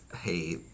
hey